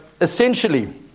essentially